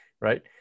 right